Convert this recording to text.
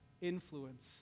influence